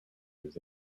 his